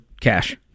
cash